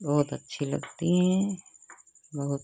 बहुत अच्छी लगती हैं बहोत